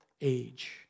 age